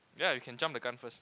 yeah you can jump the gun first